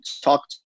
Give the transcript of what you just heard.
talk